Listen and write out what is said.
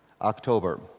October